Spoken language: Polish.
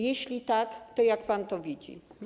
Jeśli tak, to jak pan to widzi?